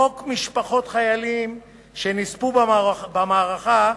חוק משפחות חיילים שנספו במערכה,